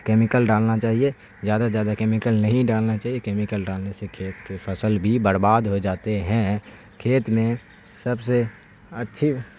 chemical ڈالنا چاہیے جیادہ جیادہ کیمیکل نہیں ڈالنا چاہیے کیمیکل ڈالنے سے کھیت کے فصل بھی برباد ہو جاتے ہیں کھیت میں سب سے اچھی